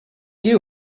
you